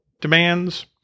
demands